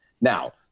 now